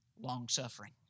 long-suffering